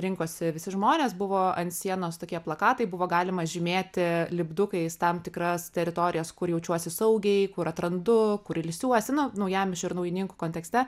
rinkosi visi žmonės buvo ant sienos tokie plakatai buvo galima žymėti lipdukais tam tikras teritorijas kur jaučiuosi saugiai kur atrandu kur ilsiuosi nu naujamiesčio ir naujininkų kontekste